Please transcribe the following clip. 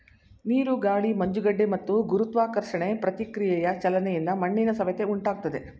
ನೀರು ಗಾಳಿ ಮಂಜುಗಡ್ಡೆ ಮತ್ತು ಗುರುತ್ವಾಕರ್ಷಣೆ ಪ್ರತಿಕ್ರಿಯೆಯ ಚಲನೆಯಿಂದ ಮಣ್ಣಿನ ಸವೆತ ಉಂಟಾಗ್ತದೆ